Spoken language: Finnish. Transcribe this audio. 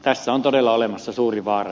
tässä on todella olemassa suuri vaara